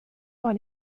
dans